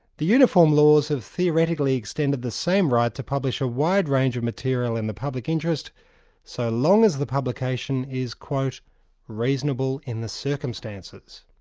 the uniform laws have theoretically extended the same right to publish a wide range of material in the public interest so long as the publication is reasonable in the circumstances.